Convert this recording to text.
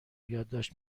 یادداشت